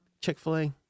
Chick-fil-A